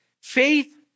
Faith